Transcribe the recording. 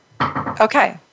okay